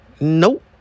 Nope